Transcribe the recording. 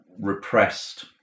repressed